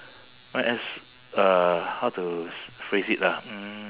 might as uh how to phrase it ah mm